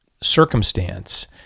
circumstance—